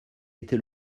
était